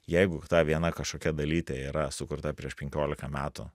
jeigu ta viena kažkokia dalytė yra sukurta prieš penkiolika metų